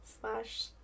slash